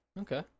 Okay